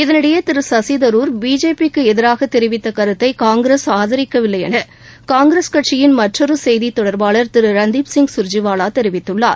இதனிடையே திரு சசிதரூர் பிஜேபிக்கு எதிராக தெரிவித்த கருத்தை காங்கிரஸ் ஆதரிக்கவில்லை என காங்கிரஸ் கட்சியின் மற்றொரு செய்தி தொடர்பாளர் திரு ரன்திப் சிங் கர்ஜிவாலா தெரிவித்துள்ளார்